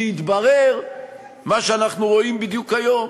כי התברר מה שאנחנו רואים בדיוק היום,